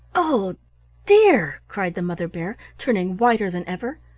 oh dear! cried the mother bear, turning whiter than ever.